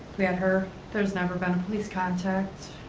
we had her. there's never been a police contact.